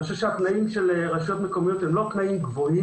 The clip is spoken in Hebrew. אני חושב שהתנאים של רשויות מקומיות אינם גבוהים.